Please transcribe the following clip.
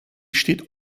steht